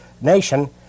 nation